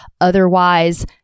Otherwise